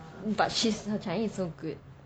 but she's you know her chinese so good